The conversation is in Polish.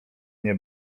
nie